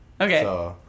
Okay